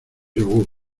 yogur